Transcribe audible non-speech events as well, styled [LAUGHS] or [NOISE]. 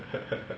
[LAUGHS]